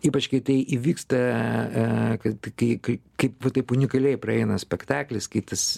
ypač kai tai įvyksta a a kad kai kai kai taip unikaliai praeina spektaklis kai tas